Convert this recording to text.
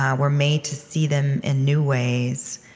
ah we're made to see them in new ways.